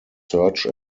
search